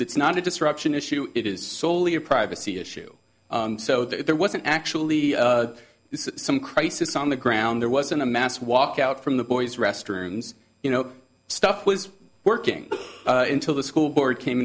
it's not a disruption issue it is solely a privacy issue so there wasn't actually some crisis on the ground there wasn't a mass walkout from the boys restrooms you know stuff was working until the school board came